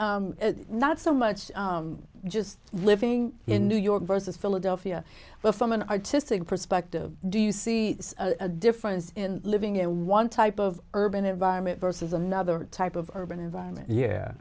not so much just living in new york versus philadelphia but from an artistic perspective do you see a difference in living in one type of urban environment versus another type of urban environment yeah